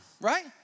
right